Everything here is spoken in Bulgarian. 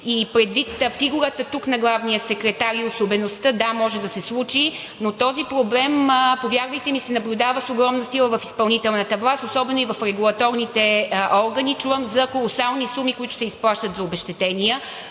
и предвид фигурата и особеността на главния секретар тук може да се случи, но този проблем, повярвайте ми, се наблюдава с огромна сила в изпълнителната власт, особено в регулаторните органи. Чувам за колосални суми, които се изплащат за обезщетения